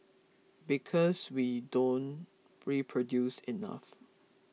because we don't reproduce enough